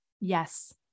Yes